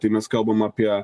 tai mes kalbam apie